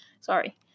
Sorry